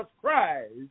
Christ